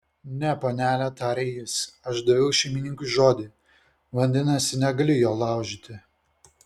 ne panele tarė jis aš daviau šeimininkui žodį vadinasi negaliu jo laužyti